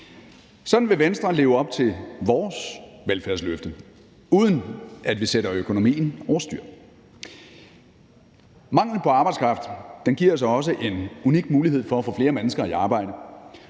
Sådan vil Venstre leve op til vores velfærdsløfte, uden at vi sætter økonomien over styr. Mangel på arbejdskraft giver os også en unik mulighed for at få flere mennesker i arbejde,